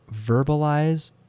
verbalize